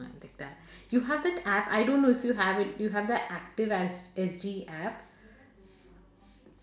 you have the app I don't know if you have it you have the active S S_G app